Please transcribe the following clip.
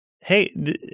Hey